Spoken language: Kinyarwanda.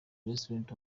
restaurant